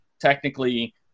technically